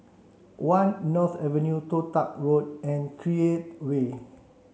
one North Avenue Toh Tuck Road and Create Way